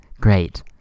great